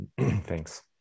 Thanks